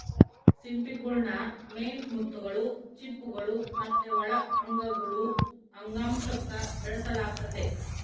ಸಿಂಪಿಗುಳ್ನ ಮೇನ್ ಮುತ್ತುಗುಳು, ಚಿಪ್ಪುಗುಳು ಮತ್ತೆ ಒಳ ಅಂಗಗುಳು ಅಂಗಾಂಶುಕ್ಕ ಬೆಳೆಸಲಾಗ್ತತೆ